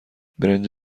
برنج